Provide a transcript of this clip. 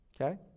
okay